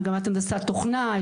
מגמת הנדסת תוכנה,